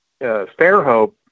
Fairhope